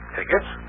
Tickets